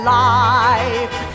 life